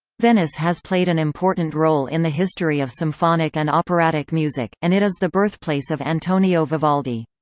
venice has played an important role in the history of symphonic and operatic music, and it is the birthplace of antonio vivaldi.